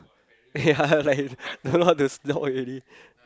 ya like don't know how to talk already